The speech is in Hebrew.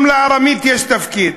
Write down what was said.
גם לארמית יש תפקיד.